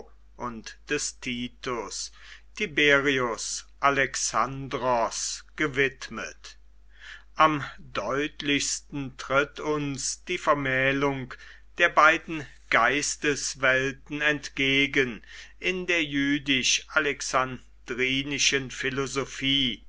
und des titus tiberius alexandros gewidmet am deutlichsten tritt uns die vermählung der beiden geisteswelten entgegen in der jüdisch alexandrinischen philosophie